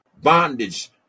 bondage